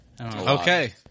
Okay